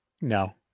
No